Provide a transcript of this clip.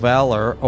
Valor